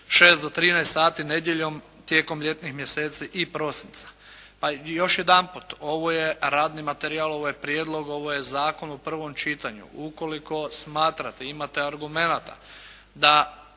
6 do 13 sati nedjeljom tijekom ljetnih mjeseci i prosinca? Pa još jedanput, ovo je radni materijal, ovo je prijedlog, ovo je zakon u prvom čitanju. Ukoliko smatrate, imate argumenata da